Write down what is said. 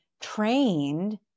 trained